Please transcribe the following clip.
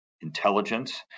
intelligence